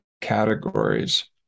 categories